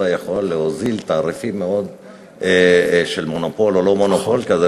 יכול להוזיל תעריפים של מונופול או לא מונופול כזה,